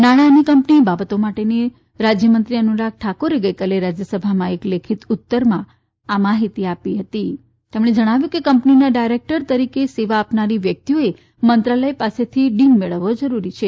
નાણા અને કંપની બાબતો માટેના રાજયમંત્રી અનુરાગ ઠાકુરે ગઇકાલે રાજયસભામાં એક લેખીત ઉત્તરમાં આ માહિતી આપી તેમણે જણાવ્યું કે કંપનીના ડાયરેકટર તરીકે સેવા આપનારી વ્યકિતઓએ મંત્રાલય પાસેથી ડીન મેળવવો જરૂરી છે